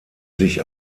sich